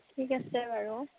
ঠিক আছে বাৰু